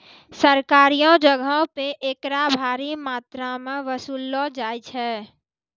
सरकारियो जगहो पे एकरा भारी मात्रामे वसूललो जाय छै